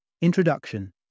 Introduction